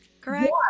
Correct